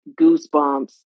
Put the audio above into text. goosebumps